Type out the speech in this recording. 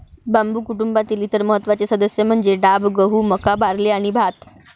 बांबू कुटुंबातील इतर महत्त्वाचे सदस्य म्हणजे डाब, गहू, मका, बार्ली आणि भात